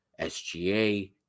SGA